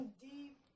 Deep